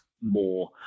more